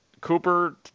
Cooper